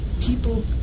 people